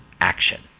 action